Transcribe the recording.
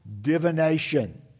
divination